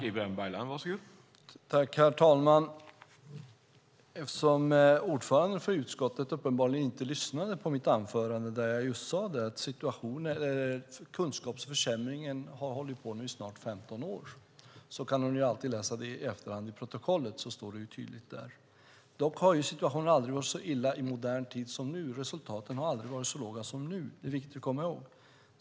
Herr talman! Eftersom ordföranden för utskottet uppenbarligen inte lyssnade på mitt anförande, där jag just sade att kunskapsförsämringen har hållit på i snart 15 år, kan hon alltid läsa det i efterhand i protokollet och se att det står tydligt där. Dock har situationen i modern tid aldrig varit så illa som nu. Resultaten har aldrig varit så låga som nu. Det är viktigt att komma ihåg.